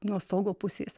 nuo stogo pusės